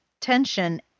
tension